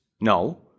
no